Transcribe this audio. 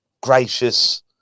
gracious